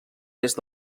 est